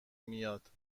میاد